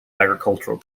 agricultural